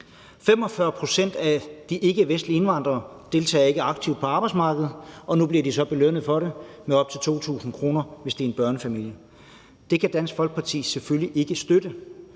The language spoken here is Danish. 45 pct. af de ikkevestlige indvandrere deltager ikke aktivt på arbejdsmarkedet, og nu bliver de så belønnet for det med op til 2.000 kr., hvis det er en børnefamilie. Det kan Dansk Folkeparti selvfølgelig ikke støtte.